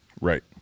Right